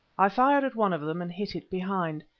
i fired at one of them and hit it behind.